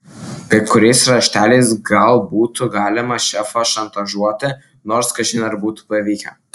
kai kuriais rašteliais gal būtų galima šefą šantažuoti nors kažin ar būtų pavykę